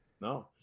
no